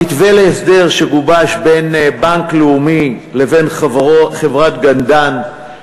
המתווה להסדר שגובש בין בנק לאומי לבין חברת "גנדן",